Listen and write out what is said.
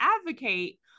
advocate